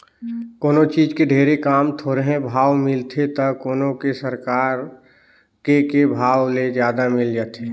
कोनों चीज के ढेरे काम, थोरहें भाव मिलथे त कोनो के सरकार के के भाव ले जादा मिल जाथे